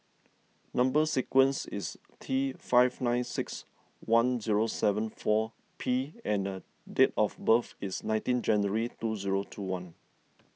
Number Sequence is T five nine six one zero seven four P and date of birth is nineteen January two zero two one